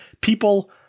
people